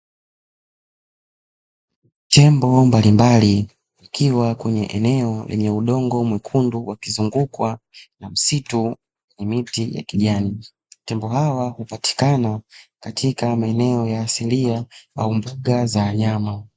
Tembo mbalimbali wakiwa kwenye eneo lenye udongo mwekundu wakizungukwa na msitu wenye miti ya kijani, tembo hawa hupatikana katika maeneo asilia au kwenye mbuga za wanyama.